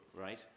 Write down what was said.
right